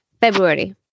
February